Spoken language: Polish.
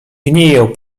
gniję